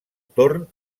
torn